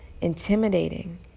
intimidating